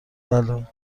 بله